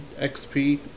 XP